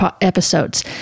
episodes